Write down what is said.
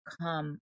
come